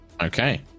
Okay